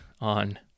on